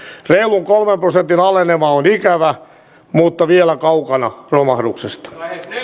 reilun kolmen prosentin alenema on ikävä mutta vielä kaukana romahduksesta